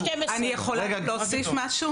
אני יכולה להוסיף משהו?